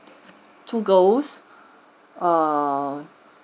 two girls err